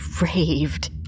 raved